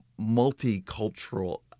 multicultural